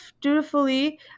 dutifully